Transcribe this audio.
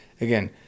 Again